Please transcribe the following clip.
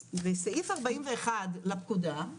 אז בסעיף 41 לפקודה,